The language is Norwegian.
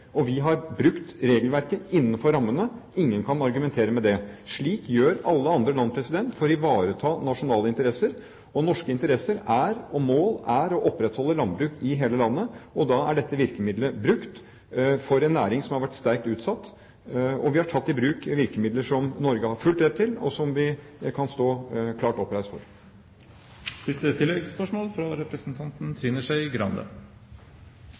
Vi har brukt regelverket innenfor rammene – ingen kan argumentere mot det. Slik gjør alle andre land for å ivareta nasjonale interesser. Norske interesser og mål er å opprettholde et landbruk i hele landet. Da er dette virkemiddelet brukt for en næring som har vært sterkt utsatt, og vi har tatt i bruk virkemidler som Norge har full rett til og som vi står klart oppreist